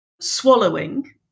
swallowing